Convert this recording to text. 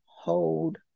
hold